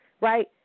Right